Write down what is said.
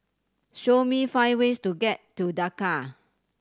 show me five ways to get to Dhaka